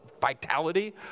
vitality